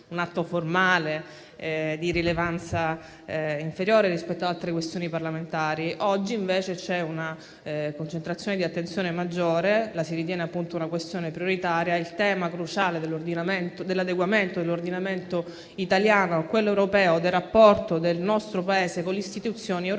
un atto formale di rilevanza inferiore rispetto ad altre questioni parlamentari. Oggi invece ci sono una concentrazione e un'attenzione maggiore e si ritengono una questione prioritaria. Il tema cruciale dell'adeguamento dell'ordinamento italiano a quello europeo e del rapporto del nostro Paese con le istituzioni europee